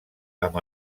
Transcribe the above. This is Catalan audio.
amb